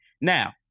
Now